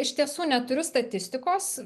iš tiesų neturiu statistikos